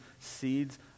seeds